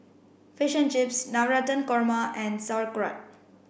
fish and Chips Navratan Korma and Sauerkraut